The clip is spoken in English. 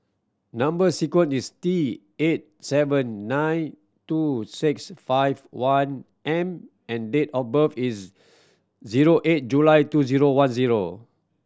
number sequence is T eight seven nine two six five one M and date of birth is zero eight July two zero one zero